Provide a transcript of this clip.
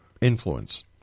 influence